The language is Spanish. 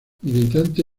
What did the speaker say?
militante